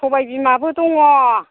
सबाय बिमाबो दङ